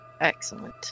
Excellent